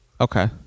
okay